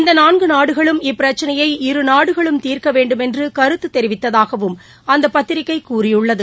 இந்த நான்கு நாடுகளும் இப்பிரச்சினையை இரு நாடுகளும் தீர்க்க வேண்டுமென்று கருத்து தெரிவித்ததாகவும் அந்த பத்திரிகை கூறியுள்ளது